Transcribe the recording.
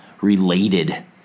related